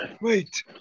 wait